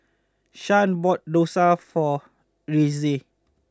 Shan bought Dosa for Reese